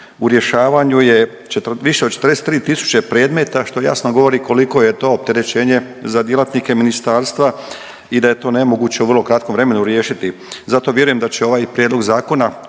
U rješavanju je više od 43 tisuće predmeta što jasno govori koliko je to opterećenje za djelatnike ministarstva i da je to nemoguće u vrlo kratkom vremenu riješiti. Zato vjerujem da će ovaj prijedloga zakona